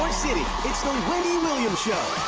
city, it's the wendy williams show.